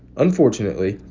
unfortunately,